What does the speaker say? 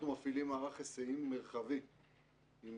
אנחנו מפעילים מערך היסעים מרחבי עם